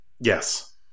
Yes